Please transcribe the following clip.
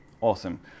Awesome